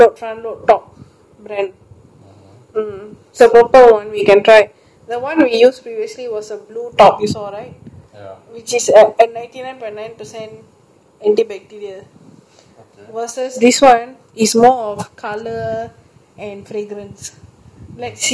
!huh! so total one we can try the one we use previously was a blue top you saw right which is at at ninety nine point night percent antibacterial versus this one is more of colour and fragrance let's see how but when smell and see it still seems the same to me